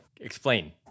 Explain